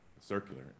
circular